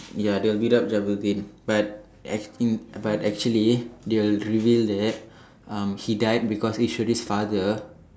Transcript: ya they will beat up Jabudeen but act~ he but actually they will reveal that um he died because Eswari's father